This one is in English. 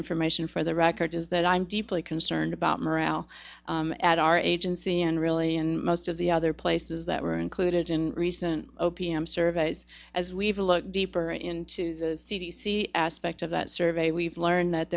information for the record is that i'm deeply concerned about morale at our agency and really in most of the other places that were included in recent o p m surveys as we've looked deeper into the c d c aspect of that survey we've learned that